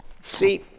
See